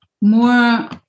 more